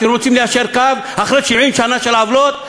אתם רוצים ליישר קו אחרי 70 שנה של עוולות?